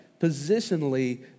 positionally